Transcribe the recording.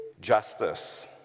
justice